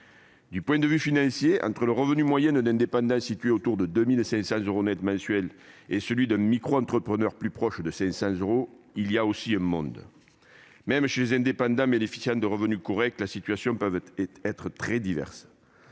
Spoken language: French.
Du point de vue financier, entre le revenu moyen d'un indépendant, situé autour de 2 500 euros net mensuels, et celui d'un microentrepreneur, plus proche de 500 euros, il y a un monde ... Même chez les indépendants bénéficiant de revenus corrects, on peut rencontrer des